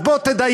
אז בוא תדייק.